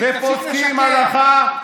תפסיק לשקר.